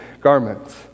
garments